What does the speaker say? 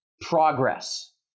progress